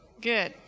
Good